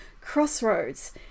Crossroads